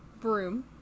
Broom